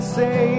say